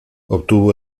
obtuvo